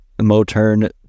Moturn